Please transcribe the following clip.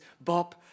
Bob